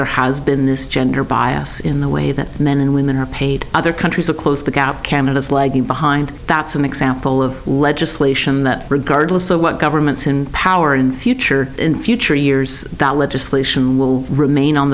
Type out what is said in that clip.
there has been this gender bias in the way that men and women are paid other countries to close the gap canada's lagging behind that's an example of legislation that regardless of what governments in power and future in future years that legislation will remain on